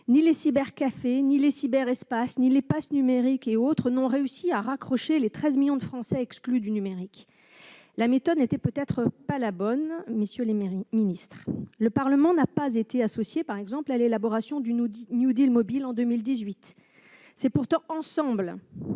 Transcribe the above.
Ni les cybercafés, ni les cyberespaces, ni les pass numériques et autres n'ont réussi à raccrocher les 13 millions de Français exclus du numérique. La méthode employée n'était peut-être pas la bonne, monsieur le ministre. Par exemple, le Parlement n'a pas été associé à l'élaboration du mobile en 2018. C'est pourtant ensemble,